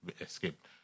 escaped